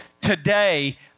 today